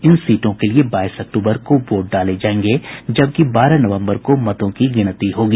इन सीटों के लिए बाईस अक्टूबर को वोट डाले जायेंगे जबकि बारह नवम्बर को मतगणना होगी